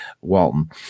Walton